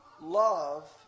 love